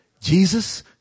Jesus